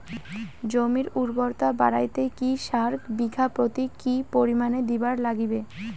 জমির উর্বরতা বাড়াইতে কি সার বিঘা প্রতি কি পরিমাণে দিবার লাগবে?